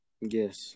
Yes